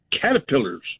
caterpillars